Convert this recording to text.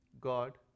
God